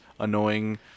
annoying